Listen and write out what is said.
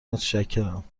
متشکرم